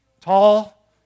tall